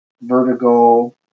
vertigo